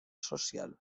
social